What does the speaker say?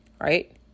right